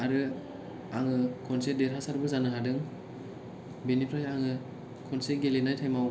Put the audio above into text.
आरो आङो खनसे देरहासातबो जानो हादों बेनिफ्राइ आङो खनसे गेलेनाय थाएमाव